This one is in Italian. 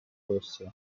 rosso